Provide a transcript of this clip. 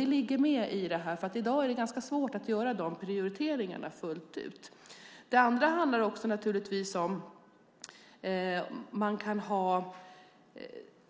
Det ligger med i det här, för i dag är det ganska svårt att göra de prioriteringarna fullt ut. Det andra handlar naturligtvis om